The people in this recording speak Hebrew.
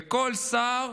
וכל שר,